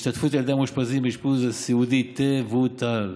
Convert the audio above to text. השתתפות ילדי המאושפזים באשפוז סיעודי תבוטל,